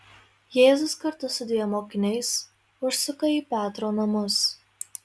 jėzus kartu su dviem mokiniais užsuka į petro namus